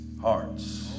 hearts